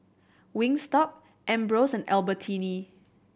Wingstop Ambros and Albertini